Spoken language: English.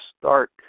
start